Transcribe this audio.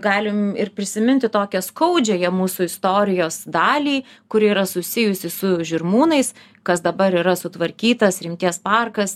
galim ir prisiminti tokią skaudžiąją mūsų istorijos dalį kuri yra susijusi su žirmūnais kas dabar yra sutvarkytas rimties parkas